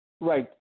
Right